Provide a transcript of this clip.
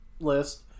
list